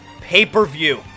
Pay-per-view